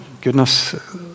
Goodness